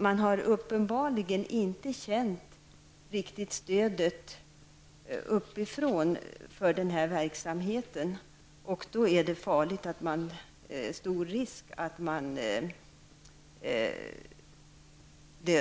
Man har uppenbarligen inte känt något stöd uppifrån för denna verksamhet. Då finns det stor risk för